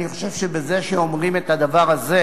אני חושב שבזה שאומרים את הדבר הזה,